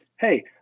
Hey